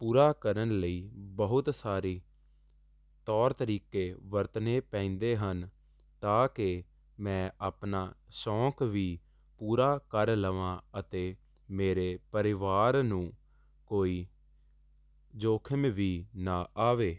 ਪੂਰਾ ਕਰਨ ਲਈ ਬਹੁਤ ਸਾਰੀ ਤੌਰ ਤਰੀਕੇ ਵਰਤਨੇ ਪੈਂਦੇ ਹਨ ਤਾਂ ਕਿ ਮੈਂ ਆਪਣਾ ਸ਼ੌਂਕ ਵੀ ਪੂਰਾ ਕਰ ਲਵਾਂ ਅਤੇ ਮੇਰੇ ਪਰਿਵਾਰ ਨੂੰ ਕੋਈ ਜੋਖਿਮ ਵੀ ਨਾ ਆਵੇ